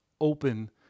open